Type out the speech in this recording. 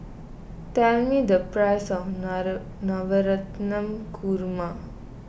tell me the price of Korma